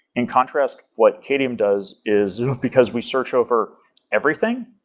in contrast, what qadium does is because we search over everything,